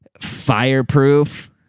fireproof